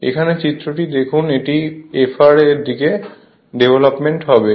এখানে চিত্রটিতে দেখুন এটির fr এর দিকে ডেভলপমেন্ট হবে